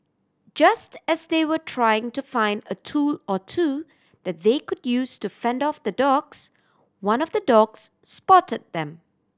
just as they were trying to find a tool or two that they could use to fend off the dogs one of the dogs spotted them